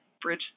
Bridge